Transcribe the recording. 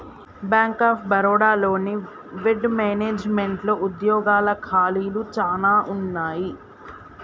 bank of Baroda లోని వెడ్ మేనేజ్మెంట్లో ఉద్యోగాల ఖాళీలు చానా ఉన్నయి